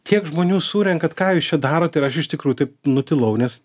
tiek žmonių surenkat ką jūs čia darot ir aš iš tikrųjų taip nutilau nes